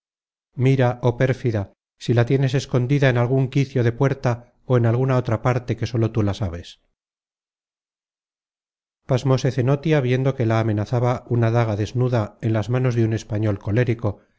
mira oh perfida si la tienes escondida en algun quicio de puerta ó en alguna otra parte que sólo tú la sabes pasmose cenotia viendo que la amenazaba una daga desnuda en las manos de un español colérico